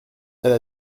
elle